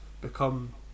become